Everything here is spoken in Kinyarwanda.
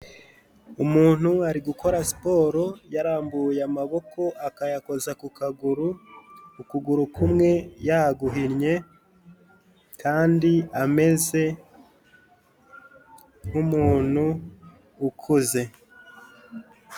Umuntu ari gukora siporo, yarambuye amaboko akayakoza ku kaguru, ukuguru kumwe yaguhinnye kandi ameze nk'umuntu ukuze.